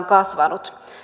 kasvanut